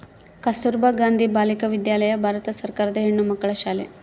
ಕಸ್ತುರ್ಭ ಗಾಂಧಿ ಬಾಲಿಕ ವಿದ್ಯಾಲಯ ಭಾರತ ಸರ್ಕಾರದ ಹೆಣ್ಣುಮಕ್ಕಳ ಶಾಲೆ